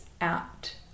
out